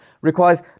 requires